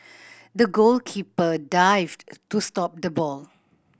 the goalkeeper dived to stop the ball